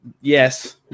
yes